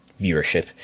viewership